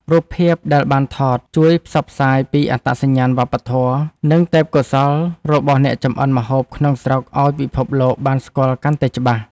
រូបភាពដែលបានថត ជួយផ្សព្វផ្សាយពីអត្តសញ្ញាណវប្បធម៌ និងទេពកោសល្យរបស់អ្នកចម្អិនម្ហូបក្នុងស្រុកឱ្យពិភពលោកបានស្គាល់កាន់តែច្បាស់។